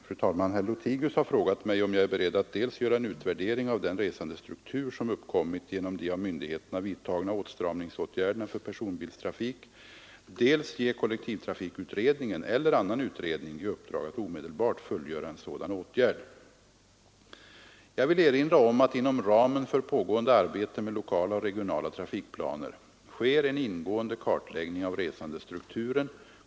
Fru talman! Herr Lothigius har frågat mig om jag är beredd att dels göra en utvärdering av den resandestruktur som uppkommit genom de av myndigheterna vidtagna åtstramningsåtgärderna för personbilstrafik, dels ge kollektivtrafikutredningen eller annan utredning i uppdrag att omedelbart fullgöra en sådan åtgärd. Jag vill erinra om att inom ramen för pågående arbete med lokala och regionala trafikplaner sker en ingående kartläggning av resandestrukturen.